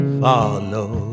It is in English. follow